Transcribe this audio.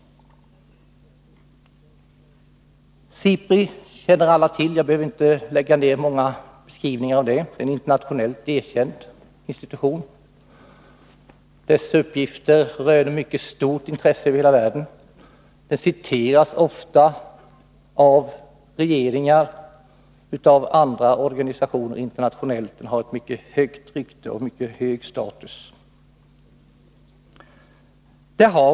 SIPRI känner alla till. Jag behöver inte göra någon närmare beskrivning. Det är en internationellt erkänd institution. Dess uppgifter röner mycket stort intresse över hela världen. Dess uttalanden citeras ofta av regeringar och andra internationella organisationer. SIPRI har ett mycket gott rykte och hög status.